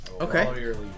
Okay